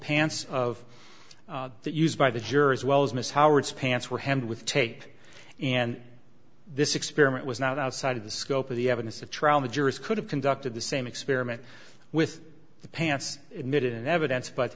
pants of that used by the jury as well as miss howard's pants were hemmed with tape and this experiment was not outside of the scope of the evidence the trial the jurors could have conducted the same experiment with the pants emitted in evidence but